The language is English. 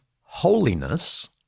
holiness